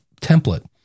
template